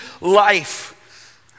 life